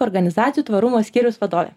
organizacijų tvarumo skyriaus vadovė